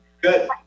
Good